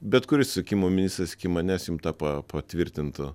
bet kuris susisiekimo ministras iki manęs jum tą pa patvirtintų